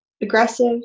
aggressive